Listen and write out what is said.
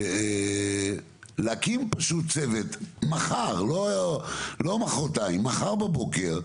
להקים פשוט צוות מחר, לא מוחרתיים, מחר בבוקר,